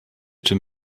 czym